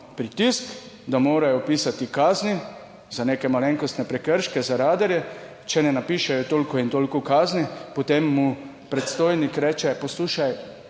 pritisk, da morajo pisati kazni za neke malenkostne prekrške, za radarje, če ne napišejo toliko in toliko kazni, potem mu predstojnik reče, poslušaj,